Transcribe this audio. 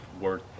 worth